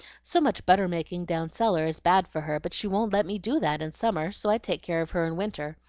so much butter-making down cellar is bad for her but she won't let me do that in summer, so i take care of her in winter.